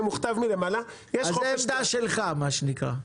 זה עמדה שלך מה שנקרא.